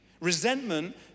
Resentment